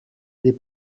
des